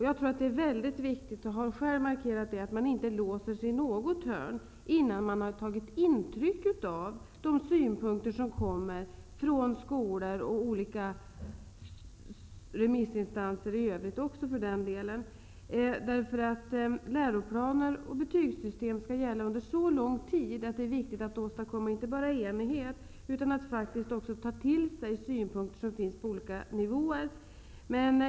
Jag tror, och det har jag markerat, att det är väldigt viktigt att man inte låser sig innan man har tagit intryck av de synpunkter som kommer från skolor och från olika remissinstanser i övrigt också för den delen. Läroplaner och betygssystem skall gälla under så lång tid att det är viktigt att inte bara åstadkomma enighet utan att också ta till sig synpunkter som finns på olika nivåer.